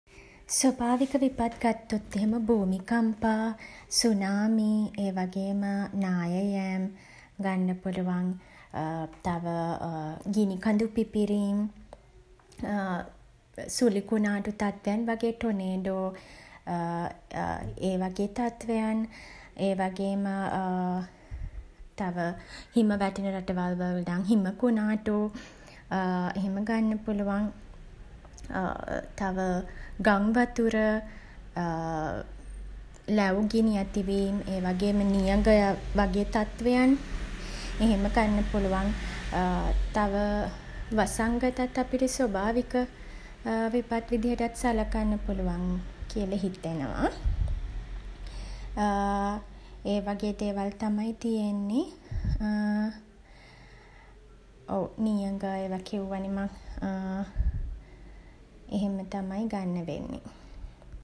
ස්වභාවික විපත් ගත්තොත් එහෙම භූමිකම්පා සුනාමි ඒ වගේම නාය යෑම් ගන්න පුළුවන්. තව ගිනිකඳු පිපිරීම් සුළි කුණාටු තත්වයන් වගේ ටොනේඩෝ ඒ වගේ තත්වයන් ඒ වගේම තව හිම වැටෙන රටවල් වල නම් හිම කුණාටු එහෙම ගන්න පුළුවන්. තව ගංවතුර ලැව් ගිනි ඇති වීම් ඒ වගේම නියගය වගේ තත්වයන් එහෙම ගන්න පුළුවන්. තව වසංගතත් අපිට ස්වභාවික විපත් විදියටත් සලකන්න පුළුවන් කියල හිතෙනවා ඒ වගේ දේවල් තමයි තියෙන්නේ ඔව් නියඟ ඒවා කිව්වනේ මං. එහෙම තමයි ගන්න වෙන්නේ.